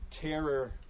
terror